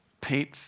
paint